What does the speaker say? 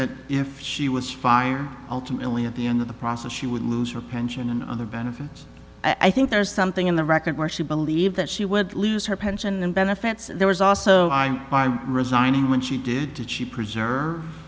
that if she was fired ultimately at the end of the process she would lose her pension and other benefits i think there's something in the record where she believed that she would lose her pension and benefits there was also by resigning when she did to preserve